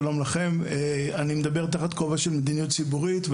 אני מדבר תחת כובע של מדיניות ציבורית,